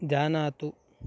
जानातु